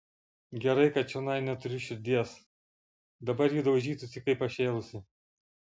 gerai kad čionai neturiu širdies dabar ji daužytųsi kaip pašėlusi